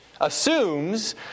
assumes